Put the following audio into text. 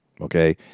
Okay